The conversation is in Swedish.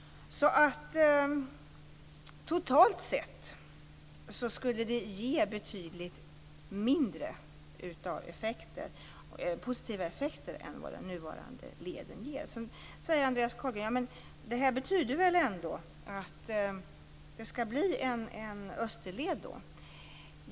Totalt sett skulle det ge betydligt mindre av positiva effekter än den nuvarande leden. Så säger Andreas Carlgren att det här betyder väl ändå att det skall bli en österled.